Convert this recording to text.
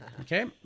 Okay